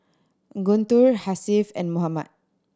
Guntur Hasif and Muhammad